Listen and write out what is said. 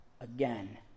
again